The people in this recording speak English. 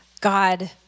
God